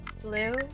Blue